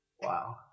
Wow